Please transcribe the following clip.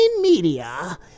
media